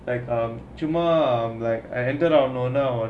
like um சும்மா:cumma enter